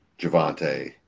Javante